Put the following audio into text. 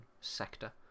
sector